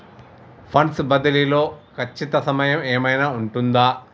Funds బదిలీ లో ఖచ్చిత సమయం ఏమైనా ఉంటుందా?